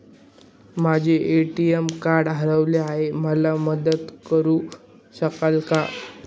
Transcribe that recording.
माझे ATM card हरवले आहे, मला मदत करु शकाल का?